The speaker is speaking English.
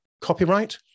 copyright